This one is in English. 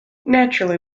naturally